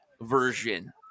version